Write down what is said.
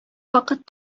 вакыт